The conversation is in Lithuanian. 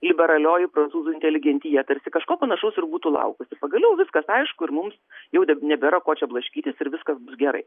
liberalioji prancūzų inteligentija tarsi kažko panašaus ir būtų laukusi pagaliau viskas aišku ir mums jau neb nebėra ko čia blaškytis ir viskas bus gerai